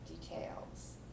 details